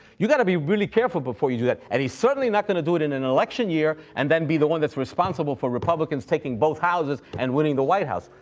you got to be really careful before you you let and he's certainly not going to do it in an election year and then be the one that's responsible for republicans taking both houses and winning the white house.